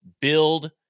build